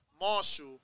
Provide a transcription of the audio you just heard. Marshall